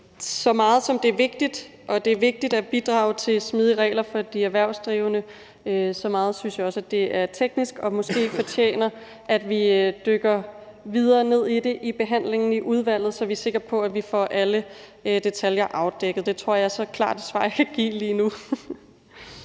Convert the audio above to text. så meget jeg synes, det er vigtigt, og det er vigtigt at bidrage til smidige regler for de erhvervsdrivende, lige så meget synes jeg også, det er teknisk, og at det måske også fortjener, at vi dykker videre ned i det i behandlingen i udvalget, så vi er sikre på, at vi får alle detaljer afdækket. Det tror jeg er så klart et svar, som jeg kan give lige nu.